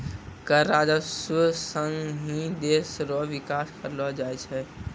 कर राजस्व सं ही देस रो बिकास करलो जाय छै